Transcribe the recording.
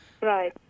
Right